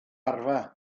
arfer